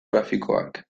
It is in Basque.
grafikoak